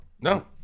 No